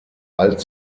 als